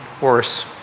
worse